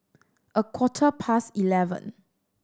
a quarter past eleven